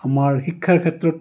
আমাৰ শিক্ষাৰ ক্ষেত্ৰত